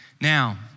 Now